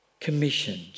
Commissioned